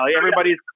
everybody's